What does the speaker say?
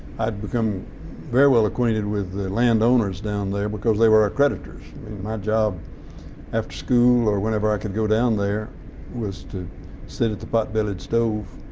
i'd become very well acquainted with the landowners down there because they were our creditors, and my job after school or whenever i could go down there was to sit at the pot bellied stove